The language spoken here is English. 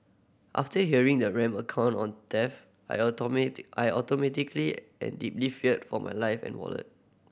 after hearing the rampant account on theft I automatic I automatically and deeply feared for my life and wallet